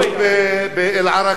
כתבו על זה